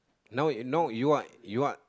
now now you are you are